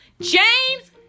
James